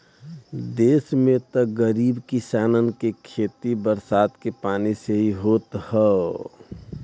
देस में त गरीब किसानन के खेती बरसात के पानी से ही होत हौ